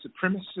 supremacist